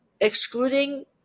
excluding